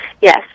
Yes